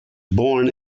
born